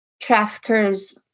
traffickers